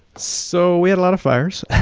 so we had a lot of fires